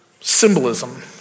symbolism